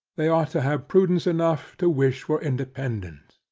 they ought to have prudence enough to wish for independance.